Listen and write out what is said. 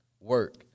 work